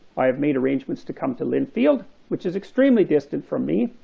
i have made arrangements to come to linfield, which is extremely distant from me,